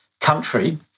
country